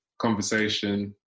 conversation